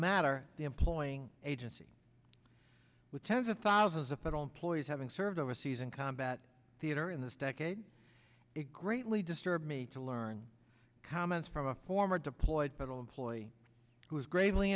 matter the employing agency with tens of thousands of federal employees having served overseas in combat theater in this decade it greatly disturbed me to learn comments from a former deployed battle employee who was gravely